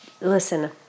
Listen